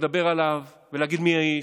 לדבר עליו ולהגיד מי האיש,